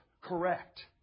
correct